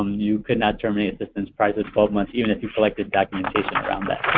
um you could not terminate assistance prior to the twelve months even if you collected documentation around that.